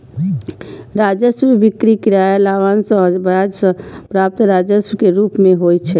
राजस्व बिक्री, किराया, लाभांश आ ब्याज सं प्राप्त राजस्व के रूप मे होइ छै